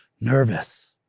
nervous